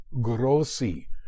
Grossi